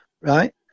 right